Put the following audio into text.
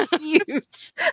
huge